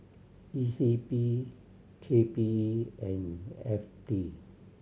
E C P K P E and F T